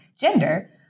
gender